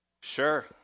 Sure